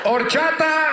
Orchata